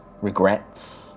regrets